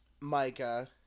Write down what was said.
Micah